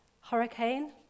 hurricane